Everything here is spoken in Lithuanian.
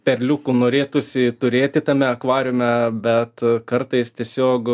perliukų norėtųsi turėti tame akvariume bet kartais tiesiog